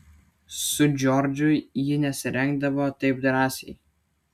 su džordžu ji nesirengdavo taip drąsiai